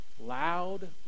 loud